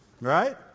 Right